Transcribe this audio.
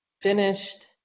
finished